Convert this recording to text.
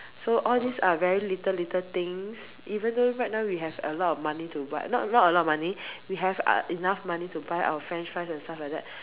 so all these are very little little things even though right now we have a lot of money to buy not a lot of money we have enough money to buy our French fries and stuff like that